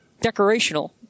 decorational